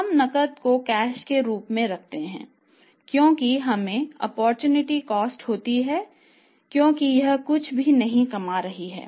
हम नकद को कैश के रूप में रखते हैं क्योंकि इसमें अवसर की लागत होती है क्योंकि यह कुछ भी नहीं कमा रही है